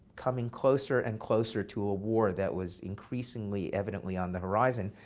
coming closer and closer to a war that was increasingly evidently on the horizon.